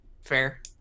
Fair